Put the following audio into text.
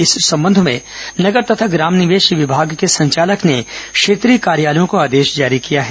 इस संबंध में नगर तथा ग्राम निवेश विभाग के संचालक ने क्षेत्रीय कार्यालयों को आदेश जारी किया है